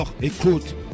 écoute